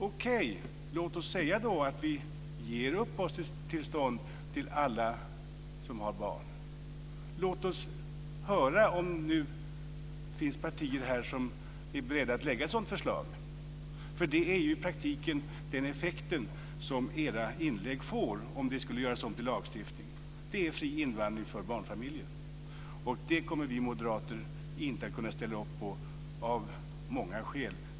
Okej, låt oss säga att vi ger uppehållstillstånd till alla som har barn. Låt oss höra om det finns partier här som är beredda att lägga fram ett sådant förslag. Det är i praktiken den effekt som era inlägg får, om de skulle göras om till lagstiftning. Det är fri invandring för barnfamiljer. Det kommer vi moderater inte att kunna ställa upp på av många skäl.